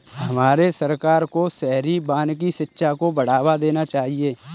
हमारे सरकार को शहरी वानिकी शिक्षा को बढ़ावा देना चाहिए